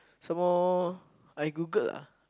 some more I Googled ah